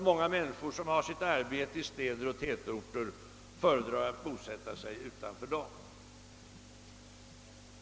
Jag anser alltjämt att detta vore en riktig och lycklig utveckling.